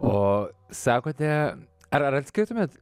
o sakote ar atskirtumėt